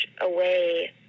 away